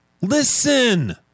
listen